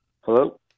Hello